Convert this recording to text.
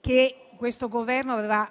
che questo Governo aveva